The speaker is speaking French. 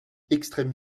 extrême